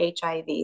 HIV